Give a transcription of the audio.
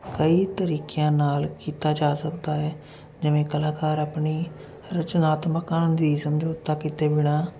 ਕਈ ਤਰੀਕਿਆਂ ਨਾਲ ਕੀਤਾ ਜਾ ਸਕਦਾ ਹੈ ਜਿਵੇਂ ਕਲਾਕਾਰ ਆਪਣੀ ਰਚਨਾਤਮਕਾਂ ਦੀ ਸਮਝੌਤਾ ਕਿਤੇ ਬਿਨ੍ਹਾਂ